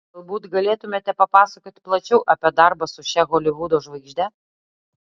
galbūt galėtumėte papasakoti plačiau apie darbą su šia holivudo žvaigžde